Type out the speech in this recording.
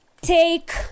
Take